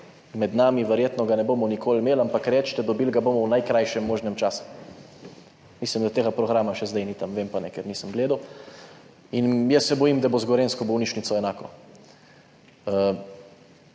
med nami, verjetno ga ne bomo nikoli imeli, ampak recite, dobili ga bomo v najkrajšem možnem času. Mislim, da tega programa še zdaj ni tam, vem pa ne, ker nisem gledal. In se bojim, da bo z gorenjsko bolnišnico enako.